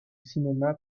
cinéma